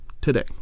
today